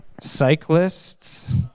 Cyclists